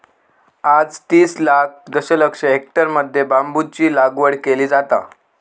आज तीस लाख दशलक्ष हेक्टरमध्ये बांबूची लागवड केली जाता